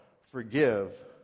forgive